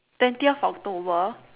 twentieth october